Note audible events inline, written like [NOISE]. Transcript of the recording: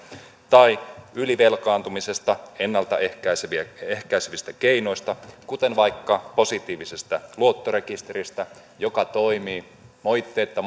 tai ylivelkaantumista ennalta ehkäisevistä ehkäisevistä keinoista kuten vaikka positiivisesta luottorekisteristä joka toimii moitteetta [UNINTELLIGIBLE]